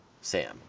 Sam